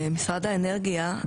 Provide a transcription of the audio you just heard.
משרד האנרגיה,